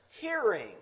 Hearing